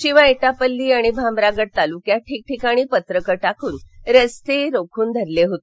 शिवाय एटापल्ली आणि भामरागड तालुक्यात ठिकठिकाणी पत्रके टाकून रस्ते रोखून धरले होते